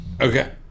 Okay